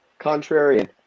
contrarian